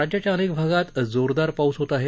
राज्याच्या अनेक भागात जोरदार पाऊस होत आहे